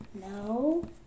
no